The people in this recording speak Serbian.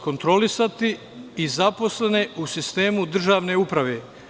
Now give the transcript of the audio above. Kontrolisati i zaposlene u sistemu državne uprave.